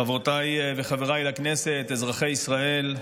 חברותיי וחבריי לכנסת, אזרחי ישראל,